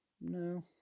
no